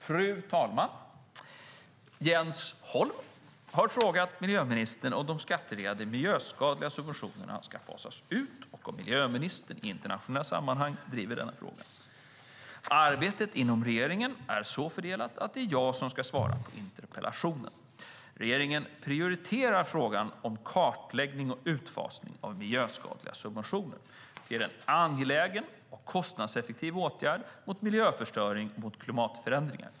Fru talman! Jens Holm har frågat miljöministern om de skatterelaterade miljöskadliga subventionerna ska fasas ut och om miljöministern i internationella sammanhang driver denna fråga. Arbetet inom regeringen är så fördelat att det är jag som ska svara på interpellationen. Regeringen prioriterar frågan om kartläggning och utfasning av miljöskadliga subventioner. Det är en angelägen och kostnadseffektiv åtgärd mot miljöförstöring och mot klimatförändringar.